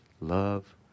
love